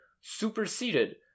superseded